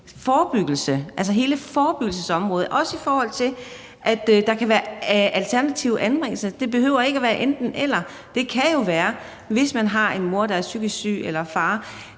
forebyggelse, altså hele forebyggelsesområdet, også i forhold til at der kan være alternative anbringelser. Det behøver ikke at være enten-eller. Hvis man har en mor, der er psykisk syg, eller en